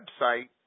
website